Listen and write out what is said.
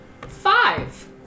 Five